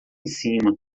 cima